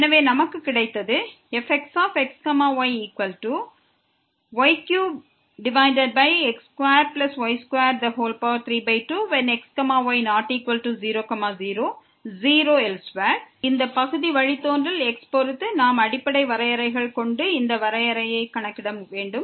எனவே நமக்கு இது கிடைத்தது fxxyy3x2y232xy≠00 0elsewhere fxxyy3x2y232xy≠00 0elsewhere இங்கே இந்த பகுதி வழித்தோன்றல் x பொறுத்து இருக்கிறது நாம் அடிப்படை வரையறைகள் கொண்டு இந்த வரையறையை கணக்கிட வேண்டும்